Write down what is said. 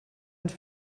ens